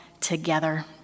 together